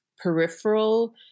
peripheral